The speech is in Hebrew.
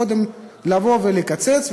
קודם לבוא ולקצץ,